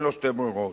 אין לו שתי ברירות.